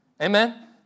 Amen